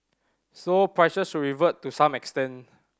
so prices should revert to some extent